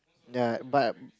ya but